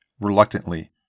reluctantly